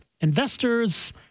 Investors